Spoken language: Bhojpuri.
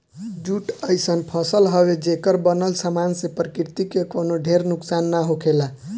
जूट अइसन फसल हवे, जेकर बनल सामान से प्रकृति के कवनो ढेर नुकसान ना होखेला